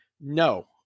no